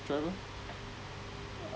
driver